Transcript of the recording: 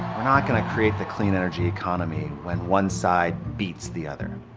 we're not going to create the clean energy economy when one side beats the other,